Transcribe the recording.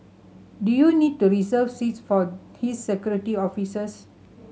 do you need to reserve seats for his Security Officers